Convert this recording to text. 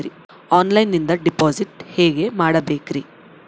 ಆನ್ಲೈನಿಂದ ಡಿಪಾಸಿಟ್ ಹೇಗೆ ಮಾಡಬೇಕ್ರಿ?